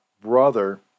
brother